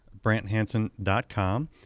BrantHanson.com